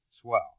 Swell